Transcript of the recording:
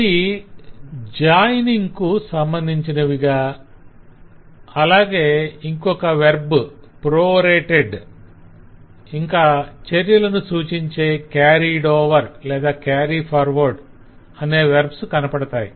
అవి 'joining' కు సంబంధించినవిగా అలాగే ఇంకొక వెర్బ్ 'prorated' ఇంకా చర్యలను సూచించే 'carried over లేదా carry forward' అనే వెర్బ్స్ కనపడతాయి